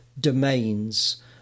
domains